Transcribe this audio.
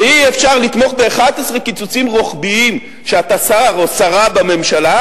אי-אפשר לתמוך ב-11 קיצוצים רוחביים כשאתה שר או שרה בממשלה,